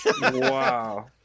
Wow